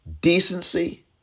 decency